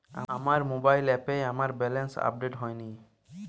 আমার মোবাইল অ্যাপে আমার ব্যালেন্স আপডেট হয়নি